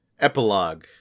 Epilogue